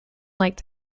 like